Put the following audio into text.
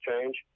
change